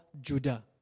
Judah